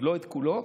עוד לא את כולו.